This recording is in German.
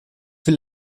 will